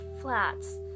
flats